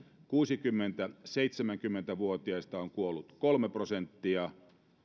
kuusikymmentä viiva seitsemänkymmentä vuotiaista on kuollut kolme prosenttia